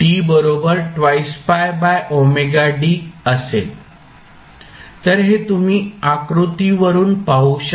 तर हे तुम्ही आकृतीवरून पाहू शकता